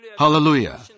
Hallelujah